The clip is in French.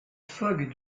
fogg